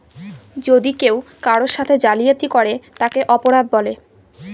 যদি কেউ কারোর সাথে জালিয়াতি করে তাকে অপরাধ বলে